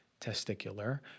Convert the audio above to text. testicular